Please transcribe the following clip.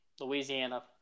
Louisiana